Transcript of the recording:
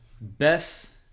Beth